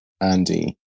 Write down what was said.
Andy